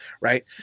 Right